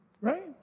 right